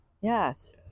Yes